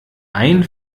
ein